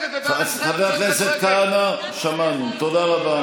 חבר הכנסת כהנא, תודה רבה.